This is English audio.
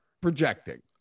projecting